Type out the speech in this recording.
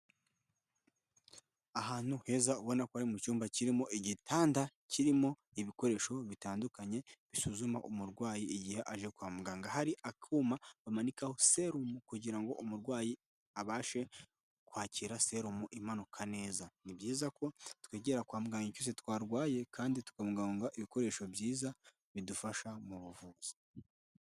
Ahantu heza ubona ko ari mu cyumba kirimo igitanda kirimo ibikoresho bitandukanye bisuzuma umurwayi igihe aje kwa muganga. Hari akuma bamanikaho serumu kugirango umurwayi abashe kwakira serumu imanuka neza, ni byiza ko twegera kwa muganga igihe cyose twarwaye kandi tukangabunga ibikoresho byiza bidufasha mu buvuzi.